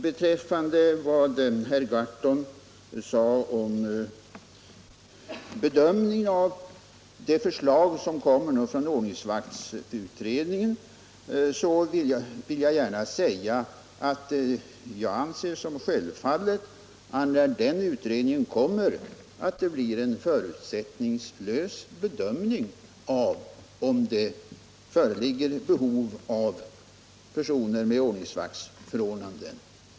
Betriffande det som herr Gahrton sade om bedömningen av det förslag som kommer att läggas fram från ordningsvaktsutredningen vill jag gärna anföra att jag anser det självfallet att det, när den utredningen kommer, blir en förutsättningslös bedömning av om det föreligger behov av personer med ordningsvaktsförordnande.